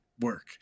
work